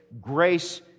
grace